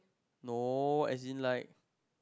no as in like